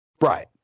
Right